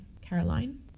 Caroline